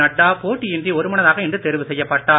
நட்டா போட்டியின்றி ஒருமனதாக இன்று தேர்வு செய்யப்பட்டார்